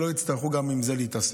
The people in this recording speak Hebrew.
שלא יצטרכו גם עם זה להתעסק.